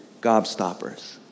gobstoppers